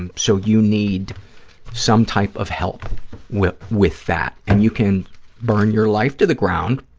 and so you need some type of help with with that, and you can burn your life to the ground,